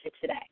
today